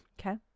okay